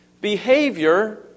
Behavior